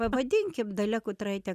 pavadinkim dalia kutraitė